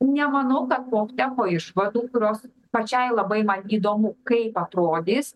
nemanau kad po efteko išvadų kurios pačiai labai man įdomu kaip atrodys